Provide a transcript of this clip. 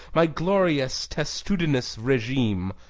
my glorious testudinous regime!